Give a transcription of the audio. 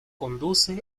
conduce